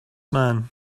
man